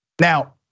Now